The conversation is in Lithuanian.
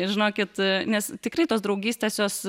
ir žinokit nes tikrai tos draugystės jos